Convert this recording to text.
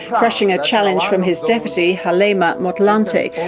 crushing a challenge from his deputy kgalema motlanthe.